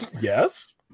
yes